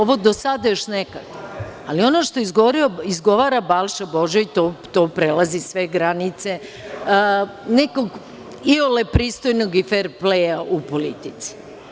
Ovo do sada još nekako, ali ono što izgovara Balša Božović prelazi sve granice nekog iole pristojnog i fer pleja u politici.